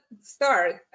start